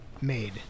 made